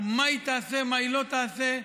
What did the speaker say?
או מה היא תעשה ומה היא לא תעשה.